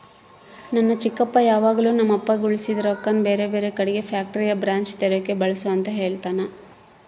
ನನ್ನ ಚಿಕ್ಕಪ್ಪ ಯಾವಾಗಲು ನಮ್ಮಪ್ಪಗ ಉಳಿಸಿದ ರೊಕ್ಕನ ಬೇರೆಬೇರೆ ಕಡಿಗೆ ಫ್ಯಾಕ್ಟರಿಯ ಬ್ರಾಂಚ್ ತೆರೆಕ ಬಳಸು ಅಂತ ಹೇಳ್ತಾನಾ